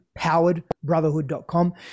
poweredbrotherhood.com